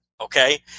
Okay